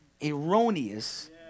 erroneous